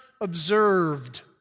observed